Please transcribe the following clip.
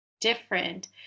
different